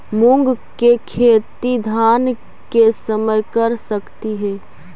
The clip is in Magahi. मुंग के खेती धान के समय कर सकती हे?